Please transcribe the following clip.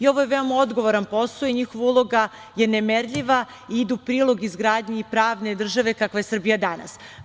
Ovo je veoma odgovoran posao i njihova uloga je nemerljiva, ide u prilog izgradnji pravne države kakva je Srbija danas.